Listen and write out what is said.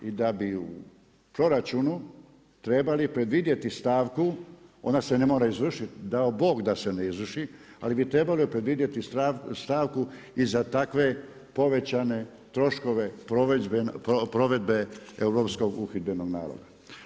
I da bi u proračunu trebali predvidjeti stavku, ona se ne mora izvršiti, dao Bog da se ne izvrši, ali bi trebali predvidjeti stavku i za takve povećane troškove provedbe Europskog uhidbenog naloga.